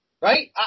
Right